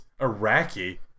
Iraqi